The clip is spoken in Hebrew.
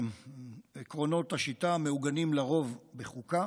ש"עקרונות השיטה מעוגנים לרוב בחוקה